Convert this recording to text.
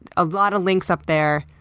a lot of links up there.